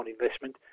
investment